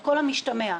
על כל המשתמע מכך.